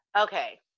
Okay